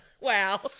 wow